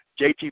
JT